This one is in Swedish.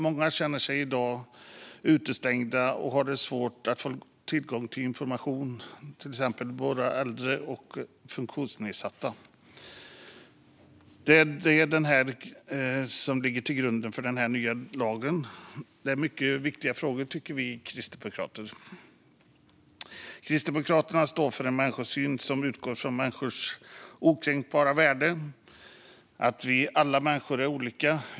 Många känner sig i dag utestängda och har svårt att få tillgång till information, till exempel äldre och funktionsnedsatta. Det är detta som ligger till grund för denna nya lag. Det är mycket viktiga frågor, tycker vi kristdemokrater. Kristdemokraterna står för en människosyn som utgår från människans okränkbara värde och att alla människor är olika.